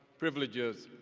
privileges,